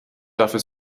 dafür